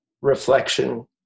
reflection